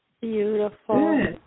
Beautiful